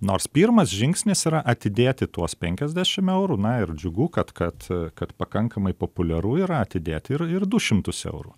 nors pirmas žingsnis yra atidėti tuos penkiasdešim eurų na ir džiugu kad kad kad pakankamai populiaru yra atidėti ir ir du šimtus eurų